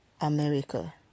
America